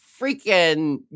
freaking